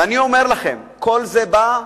ואני אומר לכם, כל זה בא,